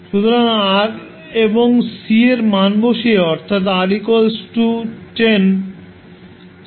সুতরাং R এবং C এর মান বসিয়ে অর্থাৎ R 10 C 8 milli farad